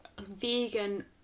vegan